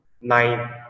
nine